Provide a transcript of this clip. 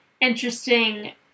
interesting